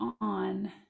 on